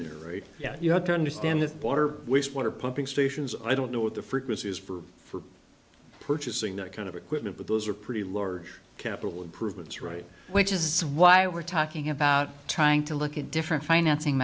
there yeah you have to understand the water which water pumping stations i don't know what the frequency is for for purchasing that kind of equipment but those are pretty large capital improvements right which is why we're talking about trying to look at different financing